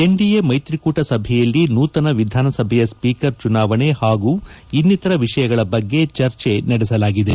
NDA ಮೈತ್ರಿಕೂಟ ಸಭೆಯಲ್ಲಿ ನೂತನ ವಿಧಾನಸಭೆಯ ಸ್ಪೀಕರ್ ಚುನಾವಣೆ ಹಾಗೂ ಇನ್ನಿತರ ವಿಷಯಗಳ ಬಗ್ಗೆ ಚರ್ಚೆ ನಡೆಸಲಾಗಿದೆ